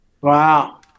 Wow